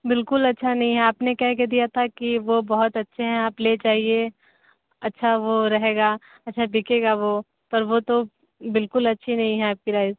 बिल्कुल अच्छा नहीं है आपने कह के दिया था कि वो बहुत अच्छे हैं आप ले जाइए अच्छा वो रहेगा अच्छा बिकेगा वो पर वो तो बिल्कुल अच्छे नहीं हैं आपके राइस